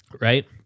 Right